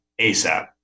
ASAP